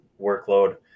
workload